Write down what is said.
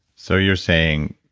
so you're saying,